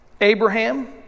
Abraham